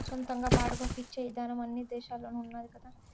సొంతంగా బాడుగకు ఇచ్చే ఇదానం అన్ని దేశాల్లోనూ ఉన్నాది కదా